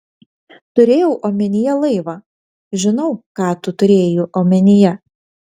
turėjau omenyje laivą žinau ką tu turėjai omenyje